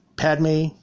Padme